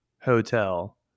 hotel